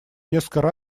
несколько